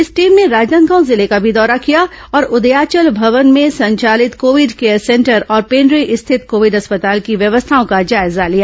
इस टीम ने राजनांदगांव जिले का भी दौर किया और उदयाचल भवन में संचालित कोविड केयर सेंटर और पेन्ड्री स्थित कोविड अस्पताल की व्यवस्थाओं का जायजा लिया